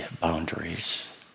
boundaries